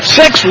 six